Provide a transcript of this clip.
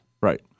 Right